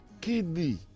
kidney